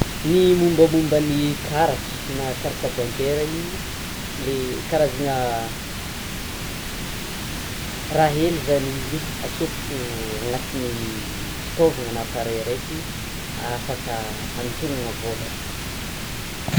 Ny mombamomba ny karatra na carte bancaire io, le karazana raha hely zany izy atsofotro anatin'ny fitaovana na appareil araiky afaka anintonana vôla.